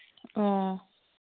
ꯑꯣ